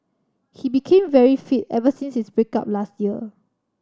he became very fit ever since his break up last year